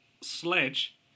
Sledge